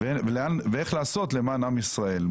ואיך לעשות למען עם ישראל.